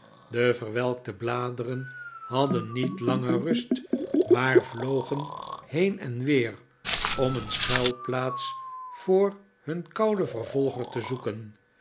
de verwelkte bladeren hadden niet langer rust maar vlogen heen en weer om een schuilplaats voor hun kouden vervolger te zoeken